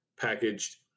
packaged